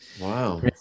wow